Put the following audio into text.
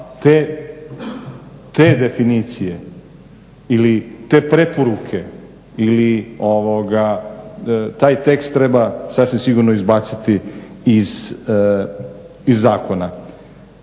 te definicije ili te preporuke ili taj tekst treba sasvim sigurno izbaciti iz zakona.